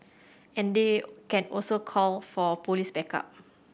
and they can also call for police backup